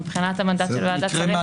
מבחינת המנדט של ועדת שרים,